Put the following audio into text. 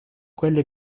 quelle